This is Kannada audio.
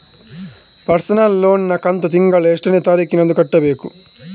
ಪರ್ಸನಲ್ ಲೋನ್ ನ ಕಂತು ತಿಂಗಳ ಎಷ್ಟೇ ತಾರೀಕಿನಂದು ಕಟ್ಟಬೇಕಾಗುತ್ತದೆ?